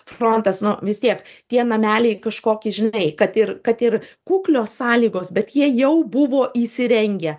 frontas nu vis tiek tie nameliai kažkoki žinai kad ir kad ir kuklios sąlygos bet jie jau buvo įsirengę